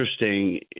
interesting